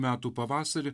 metų pavasarį